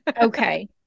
okay